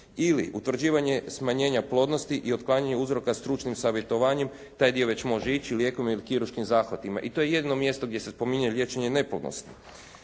Ili, utvrđivanje smanjenja plodnosti i otklanjanje uzroka stručnim savjetovanjem, taj dio već može ići, lijekom ili kirurškim zahvatima. I to je jedino mjesto gdje se spominje liječenje neplodnosti.